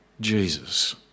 Jesus